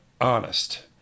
honest